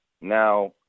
Now